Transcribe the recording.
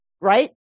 right